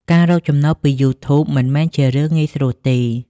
ការរកចំណូលពី YouTube មិនមែនជារឿងងាយស្រួលទេ។